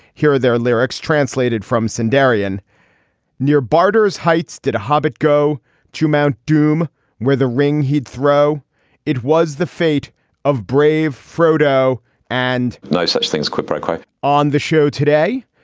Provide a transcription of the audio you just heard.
here are their lyrics translated from son darian near barber's heights did a hobbit go to mount doom where the ring he'd throw it was the fate of brave frodo and no such things as quip i quo on the show today.